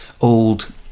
old